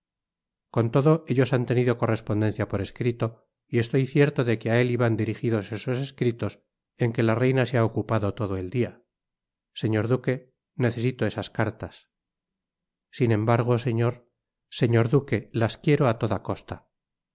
con lodo ellos han tenido correspondencia por escrito y estoy cierto de que a él iban dirijidos esos escritos en que la reina se ha ocupado todo el dia señor duque necesito esas cartas sin embargo señor señor duque las quiero á toda costa